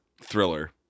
Thriller